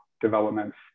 developments